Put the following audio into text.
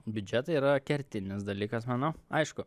biudžetai yra kertinis dalykas manau aišku